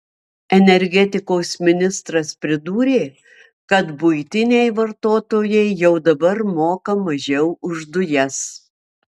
energetikos ministras pridūrė kad buitiniai vartotojai jau dabar moka mažiau už dujas